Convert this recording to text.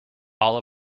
all